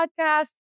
Podcast